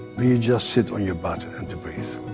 you just sit on your butt to breathe.